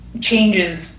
changes